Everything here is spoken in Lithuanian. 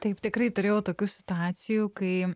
taip tikrai turėjau tokių situacijų kai